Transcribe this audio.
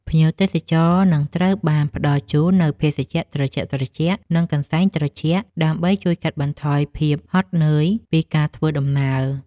ភ្ញៀវទេសចរនឹងត្រូវបានផ្ដល់ជូននូវភេសជ្ជៈត្រជាក់ៗ និងកន្សែងត្រជាក់ ដើម្បីជួយកាត់បន្ថយភាពហត់នឿយពីការធ្វើដំណើរ។